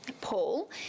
Paul